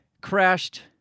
crashed